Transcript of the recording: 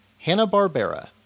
Hanna-Barbera